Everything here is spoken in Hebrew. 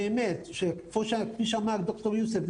כפי שאמר ד"ר יוסף,